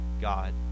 God